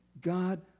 God